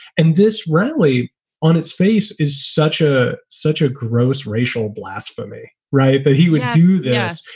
and this rally on its face is such a such a gross racial blasphemy. right. but he would do this,